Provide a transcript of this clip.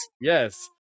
yes